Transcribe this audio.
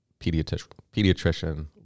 pediatrician